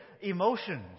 emotions